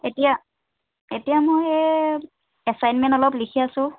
এতিয়া এতিয়া মই এই এচাইনমেন্ট অলপ লিখি আছো